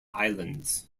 islands